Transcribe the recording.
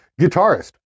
Guitarist